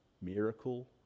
miracle